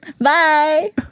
Bye